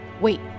wait